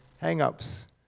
hang-ups